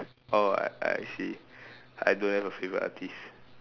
oh I I see I don't have a favorite artiste